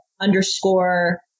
underscore